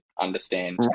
understand